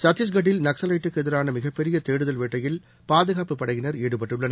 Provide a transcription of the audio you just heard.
சத்திஷ்கடில் நக்ஸவைட்டுக்கு எதிரான மிகப் பெரிய தேடுதல் வேட்டையில் பதுகாப்புப் படையினர் ஈடுபட்டுள்ளனர்